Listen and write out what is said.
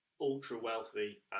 ultra-wealthy